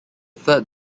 third